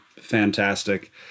Fantastic